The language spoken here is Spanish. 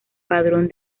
padrón